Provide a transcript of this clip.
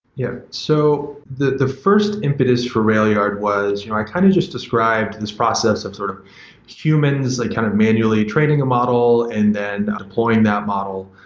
yeah. so, the the first impetus for railyard was you know i kind of just described this process of sort of humans like kind of manually training a model and then ah that model,